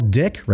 dick